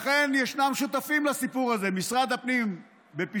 לכן יש שותפים לסיפור הזה: משרד הפנים בפישוט